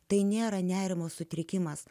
tai nėra nerimo sutrikimas